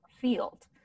field